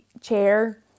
chair